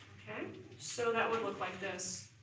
and so that would look like this,